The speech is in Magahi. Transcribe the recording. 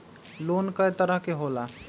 लोन कय तरह के होला?